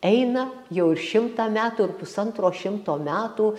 eina jau ir šimtą metų ir pusantro šimto metų